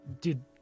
Dude